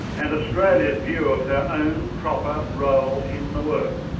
and australia's view of their own proper role in the world.